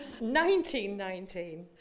1919